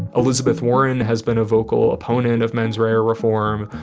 elizabeth warren has been a vocal opponent of menswear reform.